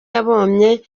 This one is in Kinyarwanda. yabonye